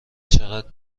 چقدر